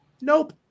Nope